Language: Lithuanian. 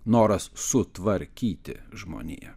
noras sutvarkyti žmoniją